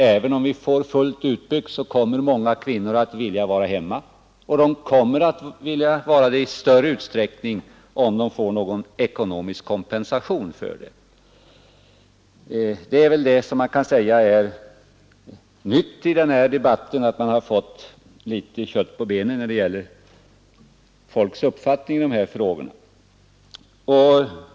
Även om vi får ett fullt utbyggt system med barndaghem, kommer många kvinnor att vilja vara hemma och om de får någon ekonomisk kompensation kommer de att vilja vara hemma i än större utsträckning. Det är väl detta som kan sägas vara nytt i debatten och som givit litet mera kött på benen.